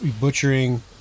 Butchering